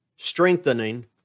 strengthening